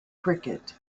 cricket